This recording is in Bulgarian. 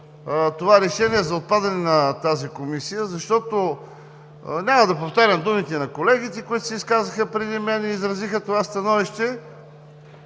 решението за отпадане на тази комисия. Няма да повтарям думите на колегите, които се изказаха преди мен и изразиха това становище.